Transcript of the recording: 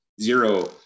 zero